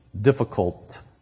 difficult